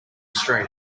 street